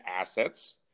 assets